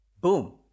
Boom